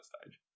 stage